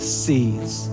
sees